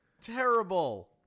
Terrible